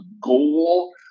goal